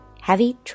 Heavy